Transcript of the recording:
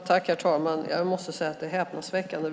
Herr talman! Jag måste säga att det är häpnadsväckande.